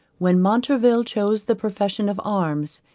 when montraville chose the profession of arms,